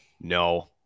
No